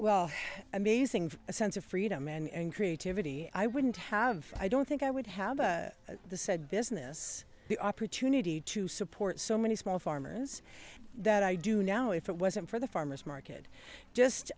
well amazing a sense of freedom and creativity i wouldn't have i don't think i would have the said business the opportunity to support so many small farmers that i do now if it wasn't for the farmer's market just